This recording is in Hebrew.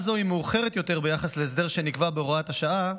זו היא מאוחרת יותר ביחס להסדר שנקבע בהוראת השעה,